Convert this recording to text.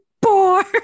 bored